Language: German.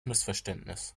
missverständnis